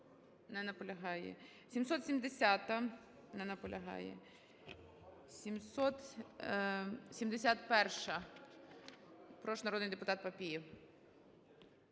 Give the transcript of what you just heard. Не наполягає. 770-а. Не наполягає. 771-а. Прошу, народний депутат Папієв.